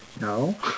no